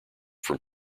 from